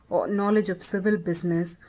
or knowledge of civil business,